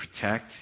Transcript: protect